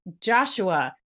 joshua